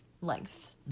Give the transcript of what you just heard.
length